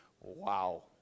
Wow